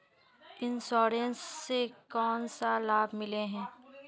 Insurance इस से कोन सा लाभ मिले है?